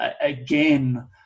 again